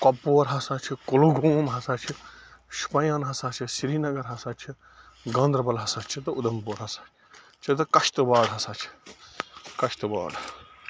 کۄپور ہَسا چھِ کُلگوم ہَسا چھِ شُپیان ہَسا چھِ سرینَگر ہَسا چھِ گاندَربَل ہَسا چھِ تہٕ اُدمپوٗر ہسا تہٕ کَشتٕوار ہَسا چھِ کَشتٕواڑ